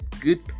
good